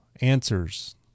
answers